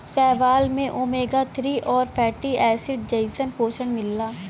शैवाल में omega three आउर फैटी एसिड जइसन पोषण मिलला